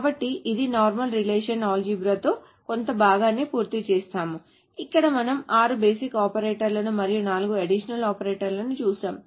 కాబట్టి ఇది ఈ నార్మల్ రిలేషనల్ అల్జీబ్రా లో కొంత భాగాన్ని పూర్తి చేసాము ఇక్కడ మనము ఆరు బేసిక్ ఆపరేటర్లను మరియు నాలుగు అడిషనల్ ఆపరేటర్లను చూశాము